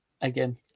Again